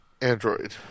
Android